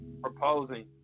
proposing